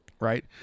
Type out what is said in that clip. Right